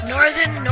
Northern